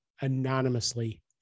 anonymously